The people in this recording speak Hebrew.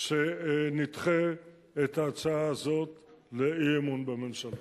שנדחה את ההצעה הזאת לאי-אמון בממשלה.